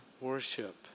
worship